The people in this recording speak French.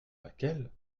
laquelle